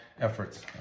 efforts